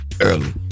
early